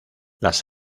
las